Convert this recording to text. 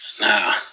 now